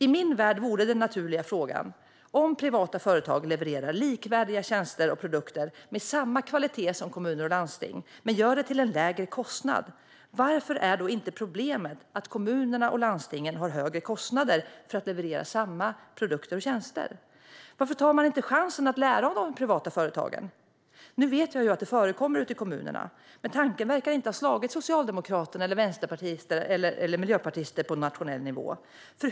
I min värld vore den naturliga frågan: Om privata företag levererar likvärdiga tjänster och produkter med samma kvalitet som kommuner och landsting men gör det till en lägre kostnad, varför är då inte problemet att kommunerna och landstingen har högre kostnader för att leverera samma produkter och tjänster? Varför tar man inte chansen att lära av de privata företagen? Nu vet jag att detta förekommer ute i kommunerna, men tanken verkar inte ha slagit socialdemokrater, vänsterpartister eller miljöpartister på nationell nivå.